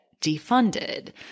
defunded